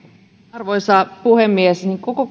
arvoisa puhemies koko